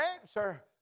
answer